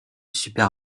super